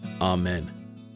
Amen